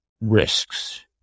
risks